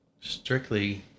strictly